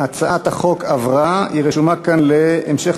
ההצעה להעביר את הצעת חוק איסור הפליה במוצרים,